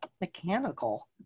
mechanical